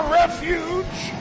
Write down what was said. refuge